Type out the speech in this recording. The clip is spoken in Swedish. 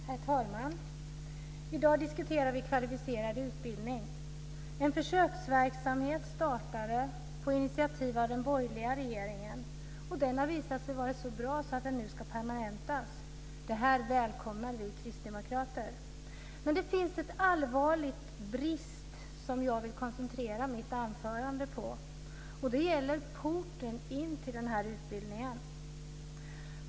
Herr talman! I dag diskuterar vi kvalificerad yrkesutbildning. Det är en försöksverksamhet som startades på initiativ av den borgerliga regeringen. Den har visat sig vara så bra att den nu ska permanentas. Det välkomnar vi kristdemokrater. Men det finns en allvarlig brist som jag vill koncentrera mitt anförande på. Den gäller porten in till utbildningen.